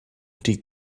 die